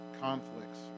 conflicts